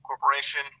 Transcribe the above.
Corporation